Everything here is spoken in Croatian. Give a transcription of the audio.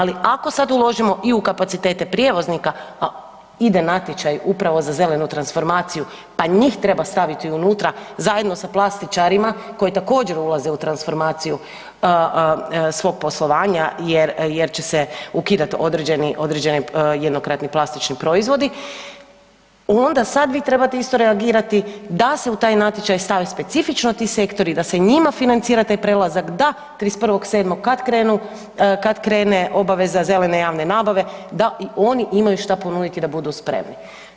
Ali ako sad uložimo i u kapacitete prijevoznika, a ide natječaj upravo za zelenu transformaciju pa njih treba staviti unutra zajedno sa plastičarima koji također ulaze u transformaciju svog poslovanja jer će se ukidati određeni jednokratni plastični proizvodi onda sad vi trebate isto reagirati da se u taj natječaj stave specifično ti sektori, da se njima financira taj prelazak, da 31.7. kad krenu, kad krene obaveza zelene javne nabave da i oni imaju šta ponuditi da budu spremni.